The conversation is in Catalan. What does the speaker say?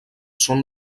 són